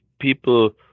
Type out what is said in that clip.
people